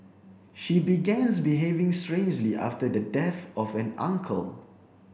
she begans behaving strangely after the death of an uncle